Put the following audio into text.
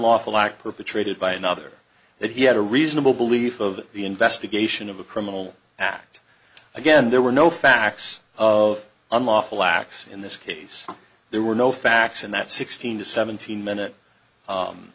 unlawful act perpetrated by another that he had a reasonable belief of the investigation of a criminal act again there were no facts of unlawful acts in this case there were no facts and that sixteen to seventeen minute